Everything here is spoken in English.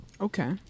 Okay